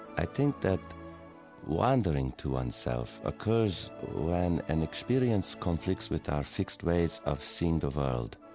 i think that wondering to one's self occurs when an experience conflicts with our fixed ways of seeing the world.